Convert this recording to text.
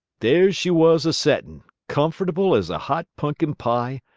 there she was a-settin', comfortable as a hot punkin pie,